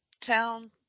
town